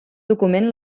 document